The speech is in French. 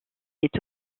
est